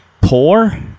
poor